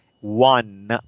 one